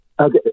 Okay